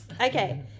Okay